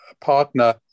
partner